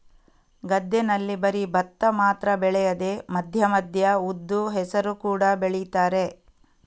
ಗದ್ದೆನಲ್ಲಿ ಬರೀ ಭತ್ತ ಮಾತ್ರ ಬೆಳೆಯದೆ ಮಧ್ಯ ಮಧ್ಯ ಉದ್ದು, ಹೆಸರು ಕೂಡಾ ಬೆಳೀತಾರೆ